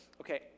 okay